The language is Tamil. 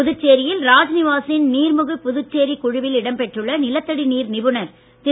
புதுச்சேரியில் ராஜ்நிவாசின் நீர்மிகு புதுச்சேரி கழுவில் இடம்பெற்றுள்ள நிலத்தடி நீர் நிபுணர் திரு